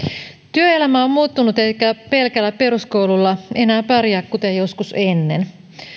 työelämä on muuttunut eikä pelkällä peruskoululla enää pärjää kuten joskus ennen